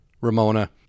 Ramona